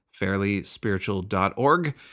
Fairlyspiritual.org